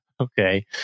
Okay